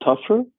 tougher